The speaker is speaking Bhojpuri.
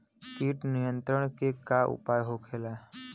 कीट नियंत्रण के का उपाय होखेला?